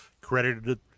credited